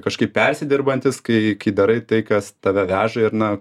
kažkaip persidirbantis kai kai darai tai kas tave veža ir na